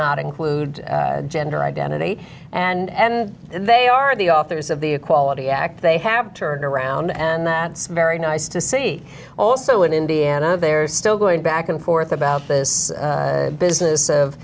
not include gender identity and they are the authors of the equality act they have turned around and that's very nice to see also in indiana they're still going back and forth about this business of